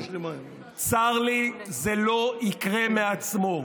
צר לי, זה לא יקרה מעצמו.